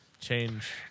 change